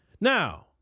Now